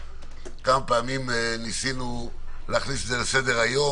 כמה פעמים ניסינו להכניס זאת לסדר-היום